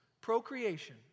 procreation